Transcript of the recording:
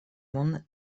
won